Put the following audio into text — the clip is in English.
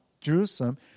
Jerusalem